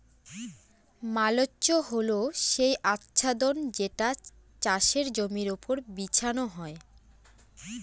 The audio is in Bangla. মালচ্য হল সেই আচ্ছাদন যেটা চাষের জমির ওপর বিছানো হয়